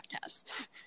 test